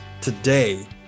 today